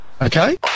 Okay